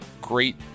Great